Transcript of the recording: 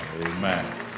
Amen